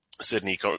Sydney